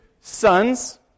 sons